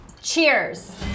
cheers